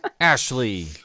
Ashley